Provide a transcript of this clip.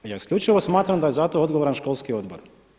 Ja isključivo smatram da je za to odgovoran školski odbor.